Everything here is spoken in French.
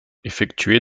effectuée